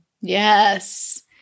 Yes